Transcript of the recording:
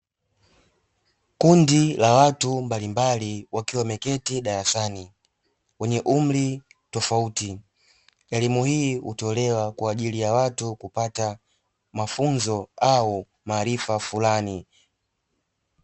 Kundi la watu mbalimbali wakiwa wameketi darasani wenye umri tofauti, elimu hii hutolewa kwa ajili ya watu kupata mafunzo au maarifa fulani.